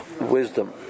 wisdom